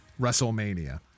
WrestleMania